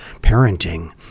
parenting